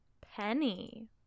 Penny